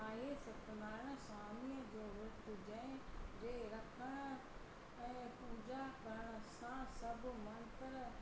आहे सत्यनारायण सवामिअ जो विर्तु जहिं जे रखणु ऐं पूजा करण सां सभु मंत्र